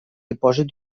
dipòsit